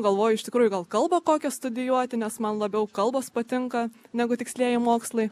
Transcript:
galvoju iš tikrųjų gal kalba kokią studijuoti nes man labiau kalbos patinka negu tikslieji mokslai